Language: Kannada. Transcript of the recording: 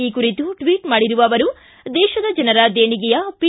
ಈ ಕುರಿತು ಟ್ವಿಚ್ ಮಾಡಿರುವ ಅವರು ದೇಶದ ಜನರ ದೇಣಿಗೆಯ ಪಿ